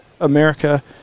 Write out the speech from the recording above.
America